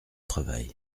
travail